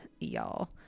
y'all